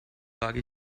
trage